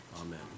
Amen